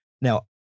Now